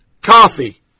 coffee